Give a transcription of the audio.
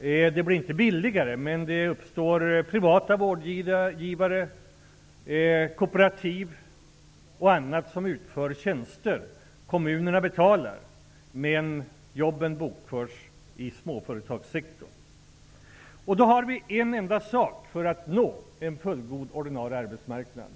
Det blir inte billigare, men det uppstår privata vårdgivare, kooperativ och andra som utför tjänster. Kommunerna betalar, men jobben bokförs i småföretagssektorn. Det behövs då en enda sak för att nå en fullgod ordinarie arbetsmarknad.